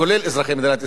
כולל אזרחי מדינת ישראל,